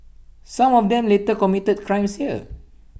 some of them later committed crimes here